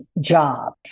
job